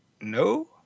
No